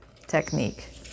technique